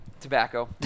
Tobacco